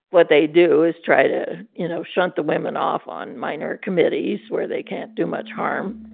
what they do is try to, you know, shunt the women off on minor committees where they can't do much harm.